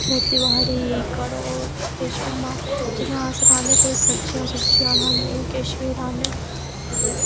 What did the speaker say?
खेतीबाड़ी करो किश बी जियां अस राह्न्ने आं सब्जियां सुब्जियां राह्न्ने किश बी राह्न्ने ते